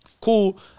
Cool